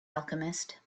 alchemist